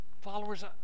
Followers